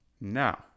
Now